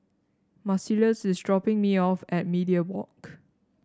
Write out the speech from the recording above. Marcellus is dropping me off at Media Walk